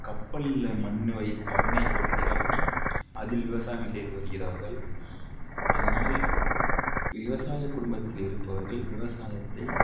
கப்பலில் மண்ணை வை மண்ணை நிரப்பி அதில் விவசாயம் செய்து வருகிறார்கள் அதனால் விவசாயக் குடும்பத்தில் இருப்பவர்கள் விவசாயத்தை